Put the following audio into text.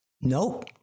nope